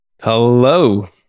hello